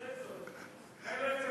תן לו את זה